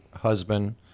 husband